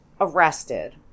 arrested